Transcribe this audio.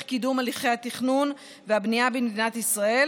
קידום הליכי התכנון והבנייה במדינת ישראל